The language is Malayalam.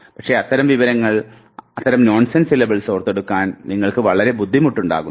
പക്ഷെ അത്തരം വിവരങ്ങൾ അത്തരം നോൺസെൻസ് സിലബിൾസ് ഓർത്തെടുക്കാൻ നിങ്ങൾക്ക് വളരെയധികം ബുദ്ധിമുട്ടുണ്ടാകുന്നു